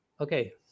okay